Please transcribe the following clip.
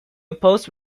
opposed